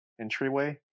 entryway